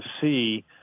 see